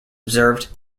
observed